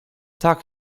tak